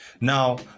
Now